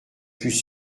plus